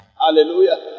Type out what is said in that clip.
Hallelujah